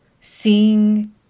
seeing